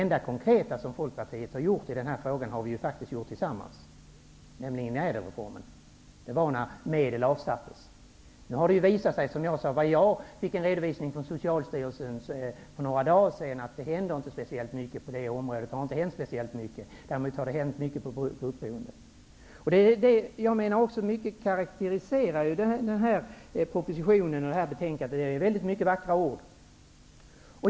Men det enda konkreta som Folkpartiet har gjort i den här frågan, har vi faktiskt gjort tillsammans, nämligen ÄDEL-reformen. Då avsattes medel till detta. Jag fick en redovisning från Socialstyrelsen för några dagar sedan. Den visar att det inte har hänt speciellt mycket på det området. Däremot har det hänt mycket när det gäller gruppboendet. Det finns många vackra ord i propositionen och i betänkandet.